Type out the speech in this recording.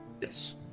Yes